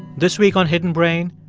this week on hidden brain,